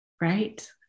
Right